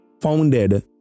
founded